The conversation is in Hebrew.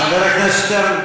חבר הכנסת שטרן,